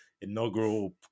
inaugural